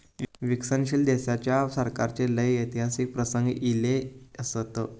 विकसनशील देशाच्या सरकाराचे लय ऐतिहासिक प्रसंग ईले असत